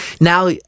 now